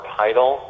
title